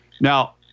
Now